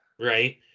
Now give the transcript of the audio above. Right